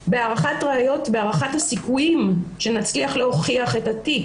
שאלתי את עצמי תוך כדי ששמעתי את הדיון,